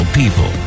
people